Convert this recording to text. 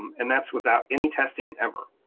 and that's without any testing ever,